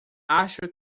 acho